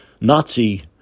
Nazi